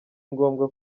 ngombwa